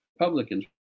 Republicans